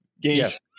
Yes